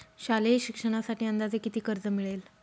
शालेय शिक्षणासाठी अंदाजे किती कर्ज मिळेल?